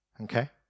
Okay